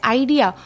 idea